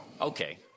Okay